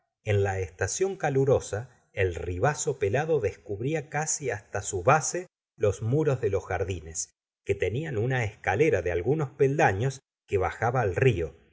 en la estación calurosa el ribazo pelado descu bria casi hasta su base los muros de los jardines que tenían una escalera de algunos peldaños que bajaba al río